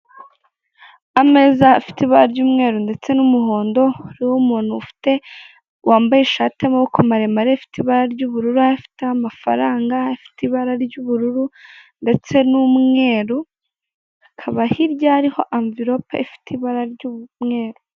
Ameza afite ibara ry'umweru ndetse n'umuhondo, ariho umuntu ufite, wambaye ishati y'amaboko maremare afite ibara ry'ubururu afiteho amafaranga afite ibara ry'ubururu ndetse n'umweru, hakaba hirya hariho amvirope ifite ibara ry'umweru.